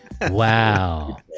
Wow